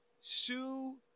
Sue